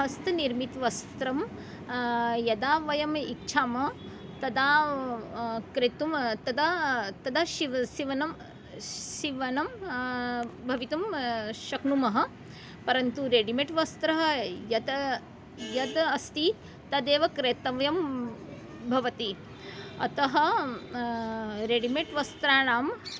हस्तनिर्मितं वस्त्रं यदा वयम् इच्छामः तदा क्रेतुं तदा तदा सीवनं सीवनं सीवनं भवितुं शक्नुमः परन्तु रेडिमेट् वस्त्रं यत् यत् अस्ति तदेव क्रेतव्यं भवति अतः रेडिमेट् वस्त्राणां